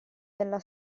della